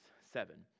seven